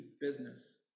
business